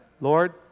Lord